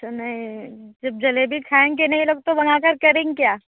तो नई जब जलेबी खाएंगे नहीं तब तो मंगाकर करेंगे क्या